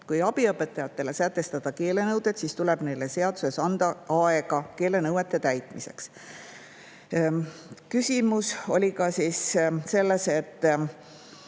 Kui abiõpetajatele sätestada keelenõuded, siis tuleb neile seaduses anda aega keelenõuete täitmiseks. Küsimus oli ka selles,